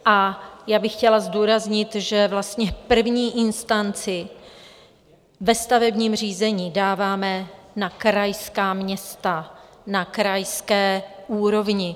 A já bych chtěla zdůraznit, že vlastně první instanci ve stavebním řízení dáváme na krajská města na krajské úrovni.